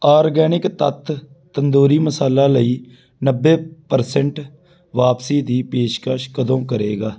organic ਤੱਤ ਤੰਦੂਰੀ ਮਸਾਲਾ ਲਈ ਨੱਬੇ ਪਰਸੈਂਟ ਵਾਪਸੀ ਦੀ ਪੇਸ਼ਕਸ਼ ਕਦੋਂ ਕਰੇਗਾ